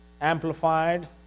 Amplified